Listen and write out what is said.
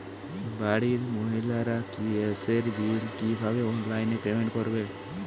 বাড়ির মহিলারা গ্যাসের বিল কি ভাবে অনলাইন পেমেন্ট করবে?